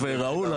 וראול,